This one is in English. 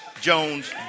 Jones